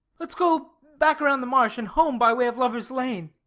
let's go back around the marsh and home by way of lover's lane.